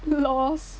LOLs